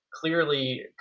clearly